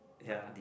ya